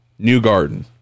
Newgarden